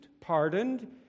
pardoned